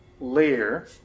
Layer